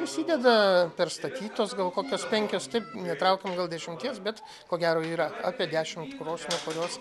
prisideda perstatytos gal kokios penkios tai netraukiam gal dešimties bet ko gero yra apie dešimt krosnių kurios